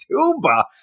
tuba